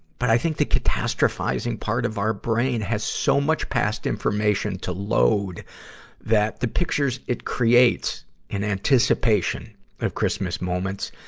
but i think the catastrophizing part of our brain has so much past information to load that the pictures it creates in anticipation of christmas moments,